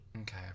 Okay